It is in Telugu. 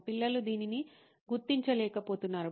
పిల్లలు దీనిని గుర్తించలేకపోతున్నారు